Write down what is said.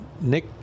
Nick